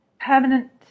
permanent